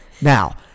Now